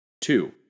Two